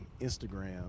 Instagram